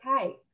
okay